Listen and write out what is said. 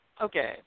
okay